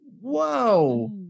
Whoa